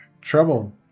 Trouble